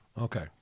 Okay